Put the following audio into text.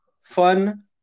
Fun